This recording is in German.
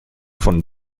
von